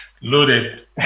Loaded